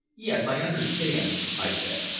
yes, i understand, i said.